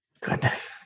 Goodness